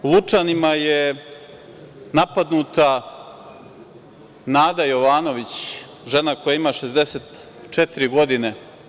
U Lučanima je napadnuta Nada Jovanović, žena koja ima 64 godine.